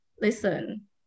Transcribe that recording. listen